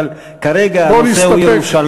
אבל, כרגע, בוא נסתפק, הנושא הוא ירושלים.